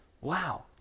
Wow